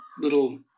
little